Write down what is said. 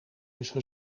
dus